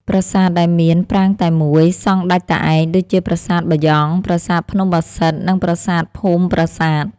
ប្រាសាទដែលមានប្រាង្គតែមួយ សង់ដាច់តែឯង ដូចជាប្រាសាទបាយ៉ង់ ប្រាសាទភ្នំបាសិទ្ធ និងប្រាសាទភូមិប្រាសាទ។